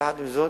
יחד עם זאת,